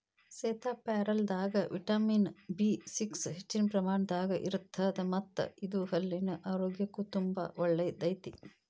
ಸೇತಾಪ್ಯಾರಲದಾಗ vitamin B six ಹೆಚ್ಚಿನ ಪ್ರಮಾಣದಾಗ ಇರತ್ತದ ಮತ್ತ ಇದು ಹಲ್ಲಿನ ಆರೋಗ್ಯಕ್ಕು ತುಂಬಾ ಒಳ್ಳೆಯದೈತಿ